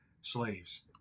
slaves